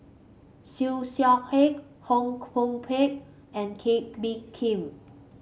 Siew Shaw Her Koh Hoon Teck and Kee Bee Khim